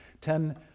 ten